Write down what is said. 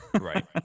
Right